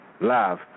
live